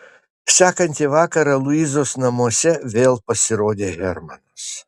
sekantį vakarą luizos namuose vėl pasirodė hermanas